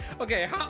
okay